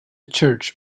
church